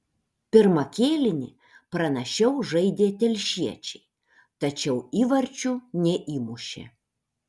pirmą kėlinį pranašiau žaidė telšiečiai tačiau įvarčių neįmušė